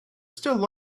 still